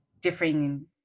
differing